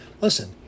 Listen